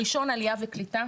הראשון, עלייה וקליטה.